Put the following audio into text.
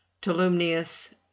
Tolumnius